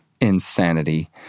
insanity